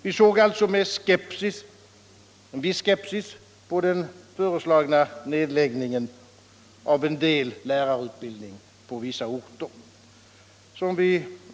Vi såg alltså med en viss skepsis på den föreslagna nedläggningen av en del lärarutbildning på vissa orter.